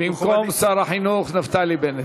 במקום שר החינוך נפתלי בנט.